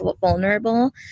vulnerable